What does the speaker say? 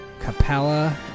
Capella